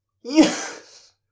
Yes